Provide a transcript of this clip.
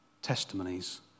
testimonies